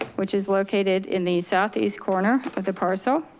which is located in the southeast corner of the parcel.